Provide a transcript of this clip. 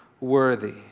worthy